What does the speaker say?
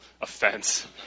offense